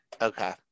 Okay